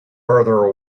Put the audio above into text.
farther